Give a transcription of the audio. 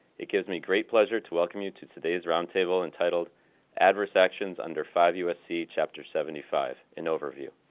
it gives me great pleasure to welcome you to today's roundtable entitled adverse actions under five usc chapter seventy five an overview.